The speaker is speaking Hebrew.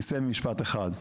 אני אסיים במשפט אחד.